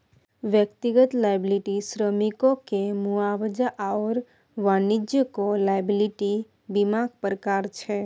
व्यक्तिगत लॉयबिलटी श्रमिककेँ मुआवजा आओर वाणिज्यिक लॉयबिलटी बीमाक प्रकार छै